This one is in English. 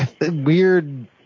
weird